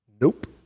Nope